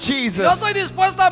Jesus